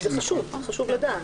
חשוב לדעת.